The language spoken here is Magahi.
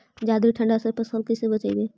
जादे ठंडा से फसल कैसे बचइबै?